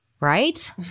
right